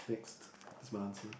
next that's my answer